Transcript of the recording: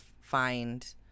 find